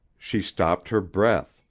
she stopped her breath,